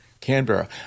Canberra